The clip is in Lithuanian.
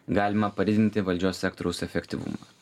galima padidinti valdžios sektoriaus efektyvumą